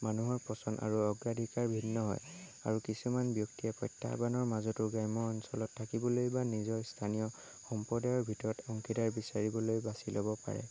মানুহৰ পছন্দ আৰু অগ্ৰাধিকাৰ ভিন্ন হয় আৰু কিছুমান ব্যক্তিয়ে প্ৰত্যাহ্বানৰ মাজতো গ্ৰাম্য অঞ্চলত থাকিবলৈ বা নিজৰ স্থানীয় সম্প্ৰদায়ৰ ভিতৰত অংশীদাৰ বিচাৰিবলৈ বাচি ল'ব পাৰে